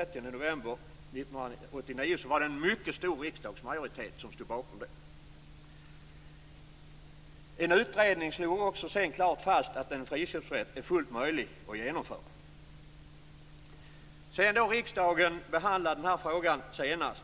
1989 stod en mycket stor riksdagsmajoritet. En utredning har sedan också klart slagit fast att en friköpsrätt är fullt möjlig att genomföra. Sedan riksdagen senast behandlade den här frågan